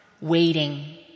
waiting